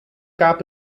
gab